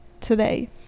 today